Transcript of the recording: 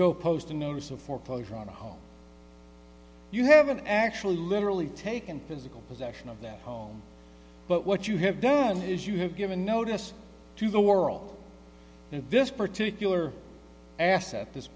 go post a notice of foreclosure on the home you haven't actually literally taken physical possession of that home but what you have done is you have given notice to the world and this particular asset this